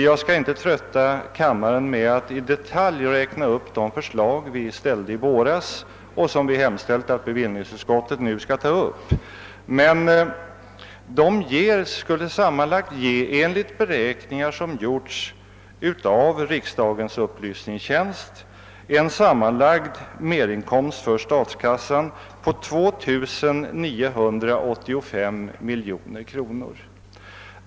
Jag skall inte trötta kammaren med att i detalj räkna upp de förslag vi ställde i våras och som vi hemställt att bevillningsutskottet nu skall ta upp. Men de skulle enligt beräkningar som gjorts av riksdagens upplysningstjänst ge en sammanlagd merinkomst för statskassan på 2985 miljoner kronor.